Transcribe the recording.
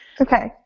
Okay